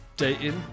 dating